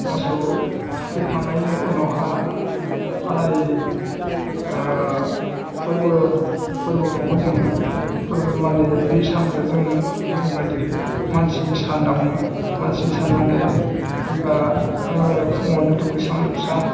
मोसौ थुखै खांनायनि उनावहाय अखानायै फोरबो खुङो जोङो फोरबो मानियो बे सानखौ जों धोरोमबायदिहै मानसिनि सान होनना बुङो मानसिनि सान माने जेनेबा फुङावनो दुगैस्रां लोबस्रां